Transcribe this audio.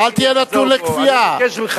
לאדוני אין הצעה יותר טובה משלי.